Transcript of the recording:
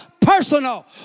personal